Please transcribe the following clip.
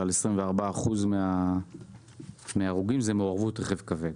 ו-24% מההרוגים הם במעורבות של רכב כבד.